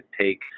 take